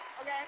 Okay